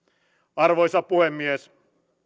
arvoisa puhemies